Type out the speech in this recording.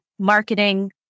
marketing